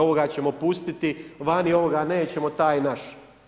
Ovoga ćemo pustiti vani, ovoga nećemo, taj je naš.